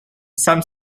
some